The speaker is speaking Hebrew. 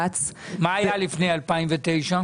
מה היה לפני 2009?